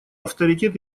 авторитет